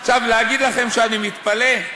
להגיד לכם שאני מתפלא?